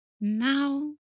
now